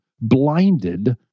blinded